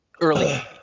early